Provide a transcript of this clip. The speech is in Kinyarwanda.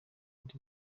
ndi